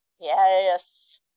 Yes